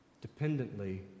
Dependently